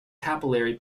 capillary